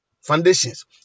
foundations